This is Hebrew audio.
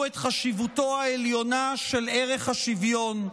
את חשיבותו העליונה של ערך השוויון.